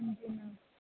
ਹਾਂਜੀ ਮੈਮ